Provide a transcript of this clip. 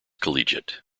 collegiate